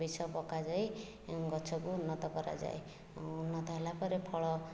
ବିଷ ପକାଯାଇ ଗଛକୁ ଉନ୍ନତ କରାଯାଏ ଉନ୍ନତ ହେଲା ପରେ ଫଳ